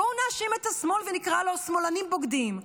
בואו נאשים את השמאל ונקרא: שמאלנים בוגדים.